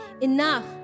enough